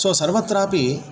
सो सर्वत्रापि